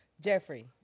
Jeffrey